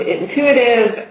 intuitive